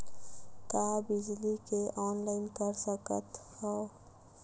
का बिजली के ऑनलाइन कर सकत हव?